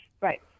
Right